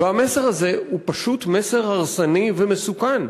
והמסר הזה הוא פשוט מסר הרסני ומסוכן.